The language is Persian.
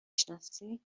شناسی